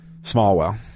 Smallwell